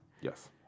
Yes